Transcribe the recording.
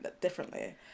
differently